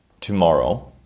tomorrow